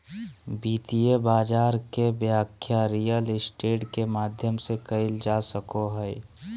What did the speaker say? वित्तीय बाजार के व्याख्या रियल स्टेट के माध्यम से कईल जा सको हइ